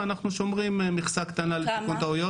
ואנחנו שומרים מכסה קטנה לתיקון טעויות.